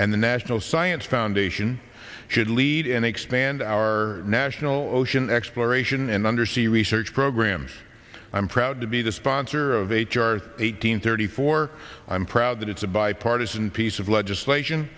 the national science foundation should lead and expand our national ocean exploration and undersea research program i am proud to be the sponsor of h r eight hundred thirty four i'm proud that it's a bipartisan piece of legislation